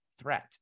threat